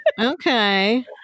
Okay